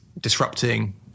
disrupting